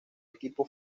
equipo